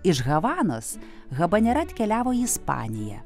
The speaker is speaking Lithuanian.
iš havanos habanera atkeliavo į ispaniją